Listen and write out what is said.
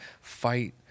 fight